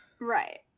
right